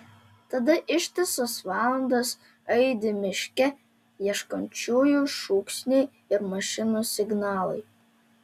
tada ištisas valandas aidi miške ieškančiųjų šūksniai ir mašinų signalai